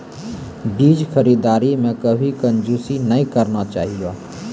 बीज खरीददारी मॅ कभी कंजूसी नाय करना चाहियो